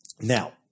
Now